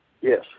Yes